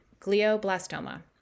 glioblastoma